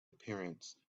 appearance